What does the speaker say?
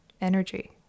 energy